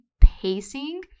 pacing